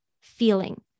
feeling